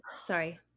Sorry